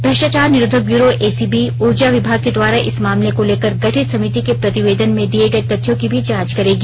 भ्रष्टाचार निरोधक bureau ACB ऊर्जा विभाग के द्वारा इस मामले को लेकर गठित समिति के प्रतिवेदन में दिए गए तथ्यों की भी जांच करेगी